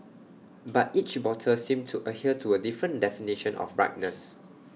but each bottle seemed to adhere to A different definition of ripeness